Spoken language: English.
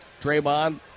Draymond